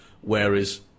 whereas